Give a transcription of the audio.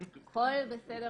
ועומר.